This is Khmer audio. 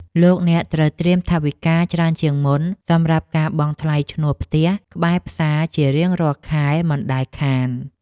លោកអ្នកត្រូវត្រៀមថវិកាច្រើនជាងមុនសម្រាប់ការបង់ថ្លៃឈ្នួលផ្ទះក្បែរផ្សារជារៀងរាល់ខែមិនដែលខាន។